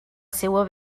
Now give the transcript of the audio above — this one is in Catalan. seua